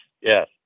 yes